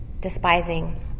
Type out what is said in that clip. despising